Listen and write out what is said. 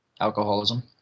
Alcoholism